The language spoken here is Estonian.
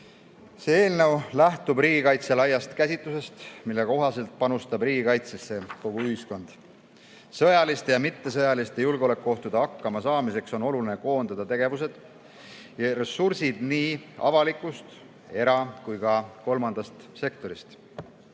See lähtub riigikaitse laiast käsitusest, mille kohaselt panustab riigikaitsesse kogu ühiskond. Sõjaliste ja mittesõjaliste julgeolekuohtudega hakkama saamiseks on oluline koondada tegevused ja ressursid nii avalikust, era- kui ka kolmandast sektorist. Eelnõu